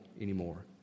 anymore